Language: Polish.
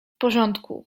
porządku